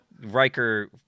Riker